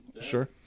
Sure